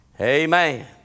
Amen